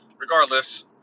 regardless